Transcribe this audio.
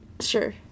Sure